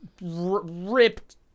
ripped